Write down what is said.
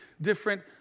different